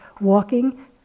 walking